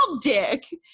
dick